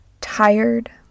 Tired